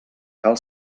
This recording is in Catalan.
cal